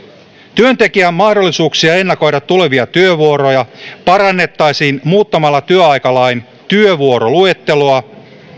työntekijän mahdollisuuksia ennakoida tulevia työvuoroja parannettaisiin muuttamalla työaikalain työvuoroluetteloa